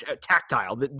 tactile